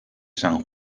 san